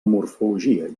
morfologia